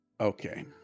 Okay